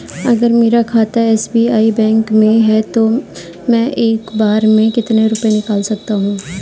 अगर मेरा खाता एस.बी.आई बैंक में है तो मैं एक बार में कितने रुपए निकाल सकता हूँ?